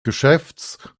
geschäfts